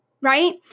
right